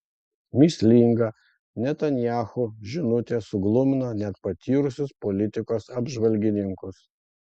mįslinga netanyahu žinutė suglumino net patyrusius politikos apžvalgininkus